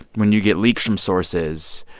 when you get leaks from sources,